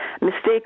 mistakes